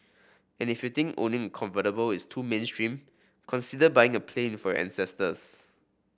and if you think owning a convertible is too mainstream consider buying a plane for your ancestors